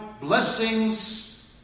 blessings